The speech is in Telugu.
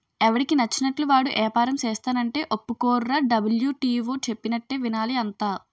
ఎవడికి నచ్చినట్లు వాడు ఏపారం సేస్తానంటే ఒప్పుకోర్రా డబ్ల్యు.టి.ఓ చెప్పినట్టే వినాలి అంతా